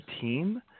team